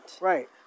Right